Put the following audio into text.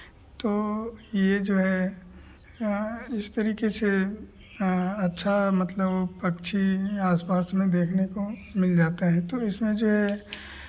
तो ये जो है इस तरीके से अच्छा मतलब पक्षी आस पास में देखने को मिल जाते हैं तो इसमें जो है